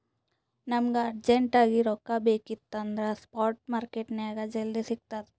ನಮುಗ ಅರ್ಜೆಂಟ್ ಆಗಿ ರೊಕ್ಕಾ ಬೇಕಿತ್ತು ಅಂದುರ್ ಸ್ಪಾಟ್ ಮಾರ್ಕೆಟ್ನಾಗ್ ಜಲ್ದಿ ಸಿಕ್ತುದ್